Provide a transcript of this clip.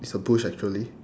it's a bush actually